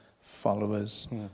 followers